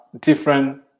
different